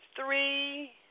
three